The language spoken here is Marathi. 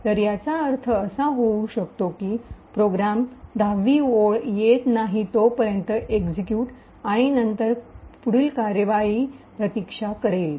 तर याचा अर्थ असा होऊ शकतो की प्रोग्राम १० वी ओळ येत नाही तो पर्यंत एक्सिक्यूट आणि नंतर पुढील कारवाईची प्रतीक्षा करेल